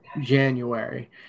January